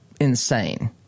insane